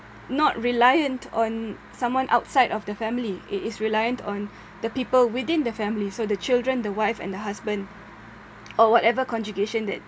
not reliant on someone outside of the family it is reliant on the people within the family so the children the wife and the husband or whatever conjugation that